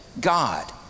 God